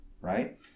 right